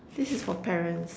this is for parents